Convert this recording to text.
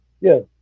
yes